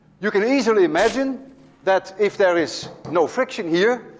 you can easily imagine that if there is no friction here,